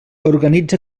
organitza